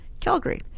Calgary